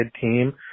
team